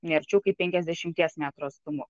nei arčiau kaip penkiasdešimties metrų atstumu